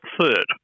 third